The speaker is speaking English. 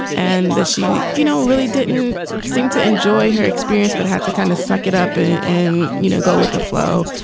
and this, you you know, really didn't seem to enjoy her experience, but had to kind of suck it up and, you know, go with the flow.